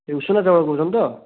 ସେ ଉଷୁନା ଚାଉଳ କହୁଛନ୍ତି ତ